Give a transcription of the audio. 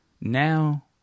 Now